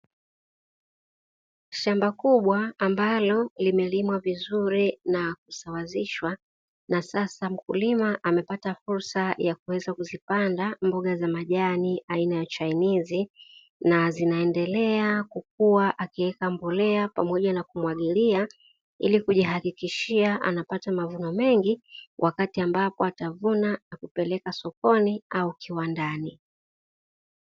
Shamba kubwa ambalo limelimwa vizuri na kusawazishwa na sasa mkulima amepata fursa ya kuweza kuzipanda mboga za majani aina ya chainizi, na zinaendelea kukua akiweka mbolea pamoja na kumwagilia, ili kujihakikishia anapata mavuno mengi wakati ambapo atavuna na kupeleka sokoni au kiwandani.